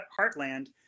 heartland